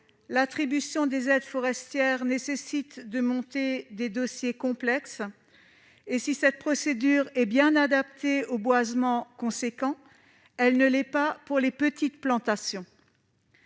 l'attribution des aides forestière nécessite de constituer des dossiers complexes. Si cette procédure est bien adaptée aux boisements importants, elle ne l'est pas pour les petites plantations.